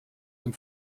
dem